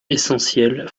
essentiel